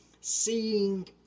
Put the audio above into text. seeing